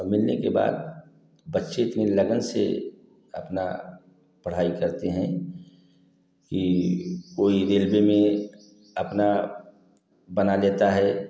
और मिलने के बाद बच्चे इतनी लगन से अपना पढ़ाई करते हैं कि कोई रेलवे में अपना बना लेता है